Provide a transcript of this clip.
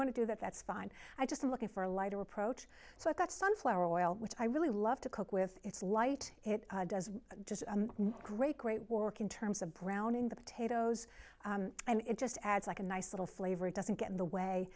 want to do that that's fine i just i'm looking for a lighter approach so i've got sunflower oil which i really love to cook with it's light it does just great great work in terms of browning the potatoes and it just adds like a nice little flavor it doesn't get in the way